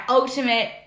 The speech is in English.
ultimate